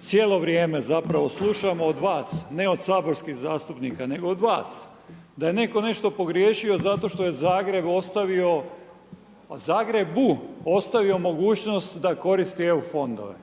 Cijelo vrijeme zapravo slušamo od vas, ne od saborskih zastupnika, nego od vas da je netko nešto pogriješio zato što je Zagreb ostavio, Zagrebu ostavio mogućnost da koristi EU fondove.